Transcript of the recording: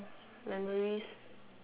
memories